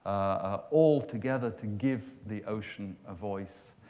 ah all together to give the ocean a voice.